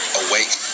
awake